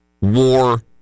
war